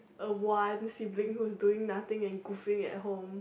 a one sibling who's doing nothing and goofing at home